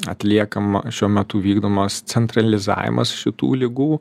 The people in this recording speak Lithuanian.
atliekama šiuo metu vykdomas centralizavimas šitų ligų